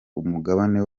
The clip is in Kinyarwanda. umugabane